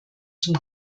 zum